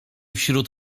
wśród